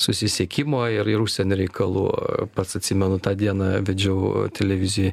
susisiekimo ir ir užsienio reikalų pats atsimenu tą dieną vedžiau televizijoj